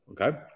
okay